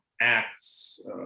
Acts